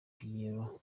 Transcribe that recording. pierrot